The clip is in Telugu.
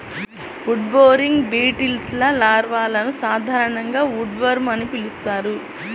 ఉడ్బోరింగ్ బీటిల్స్లో లార్వాలను సాధారణంగా ఉడ్వార్మ్ అని పిలుస్తారు